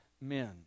men